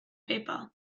pepa